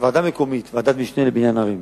שוועדה מקומית, ועדת משנה לבניין ערים,